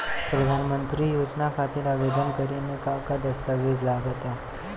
प्रधानमंत्री योजना खातिर आवेदन करे मे का का दस्तावेजऽ लगा ता?